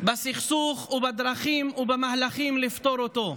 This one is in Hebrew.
בסכסוך ובדרכים ובמהלכים לפתור אותו.